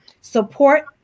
support